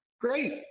Great